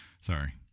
sorry